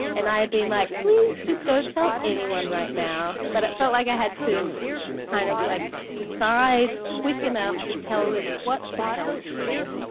and i'd been like please just don't tell anyone right now. but it felt like i had to kind of like decide quick enough to tell them what to tell people